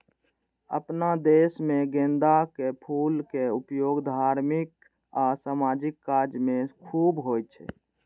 अपना देश मे गेंदाक फूलक उपयोग धार्मिक आ सामाजिक काज मे खूब होइ छै